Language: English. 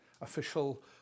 official